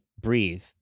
breathe